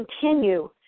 continue